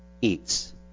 eats